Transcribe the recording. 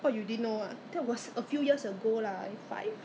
他们讲在家里也是要 apply 什么 sunblock all these hor 是吗